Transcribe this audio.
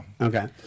Okay